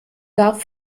darf